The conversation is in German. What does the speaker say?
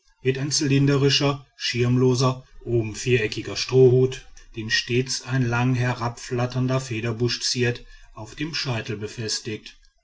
ein zylindrischer schirmloser oben viereckiger strohhut den stets ein lang herabflatternder federbusch ziert auf dem scheitel befestigt